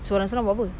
sorang-sorang buat apa